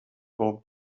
pob